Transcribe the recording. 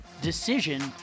Decision